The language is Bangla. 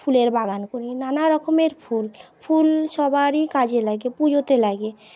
ফুলের বাগান করি নানা রকমের ফুল ফুল সবারই কাজে লাগে পুজোতে লাগে